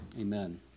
amen